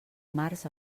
març